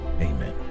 amen